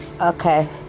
okay